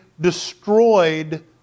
destroyed